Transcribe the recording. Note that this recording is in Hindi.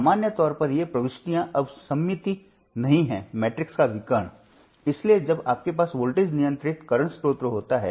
आगे हम उस मामले को देखते हैं जहां हमारे पास वोल्टेज नियंत्रित वर्तमान स्रोत था